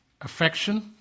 affection